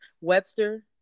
Webster